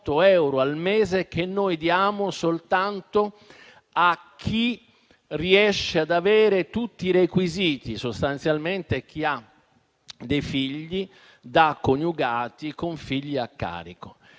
8 euro al mese che diamo soltanto a chi riesce ad avere tutti i requisiti, ossia, sostanzialmente, ai coniugati con figli a carico.